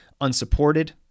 unsupported